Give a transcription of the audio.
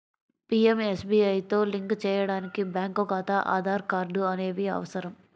పీయంఎస్బీఐతో లింక్ చేయడానికి బ్యేంకు ఖాతా, ఆధార్ కార్డ్ అనేవి అవసరం